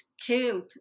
killed